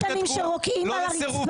כמו ילדים קטנים שרוקעים על הרצפה,